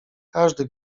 każdy